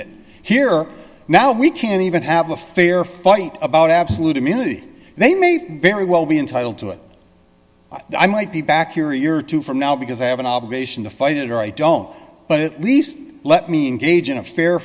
it here now we can't even have a fair fight about absolute immunity they may very well be entitled to it i might be back here a year or two from now because i have an obligation to fight it or i don't but at least let me in gage in a fair